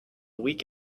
week